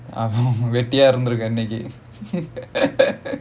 வெட்டியா இருந்து இருக்க இன்னிக்கி:vettiyaa irunthu irukka inikki